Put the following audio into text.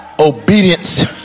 obedience